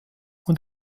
und